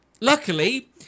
luckily